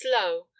slow